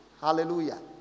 Hallelujah